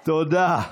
תודה.